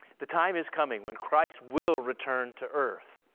the time is coming when christ will return to earth.